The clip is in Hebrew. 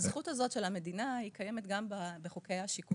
הזכות הזאת של המדינה קיימת גם בחוקי השיקום.